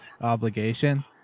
obligation